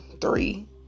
three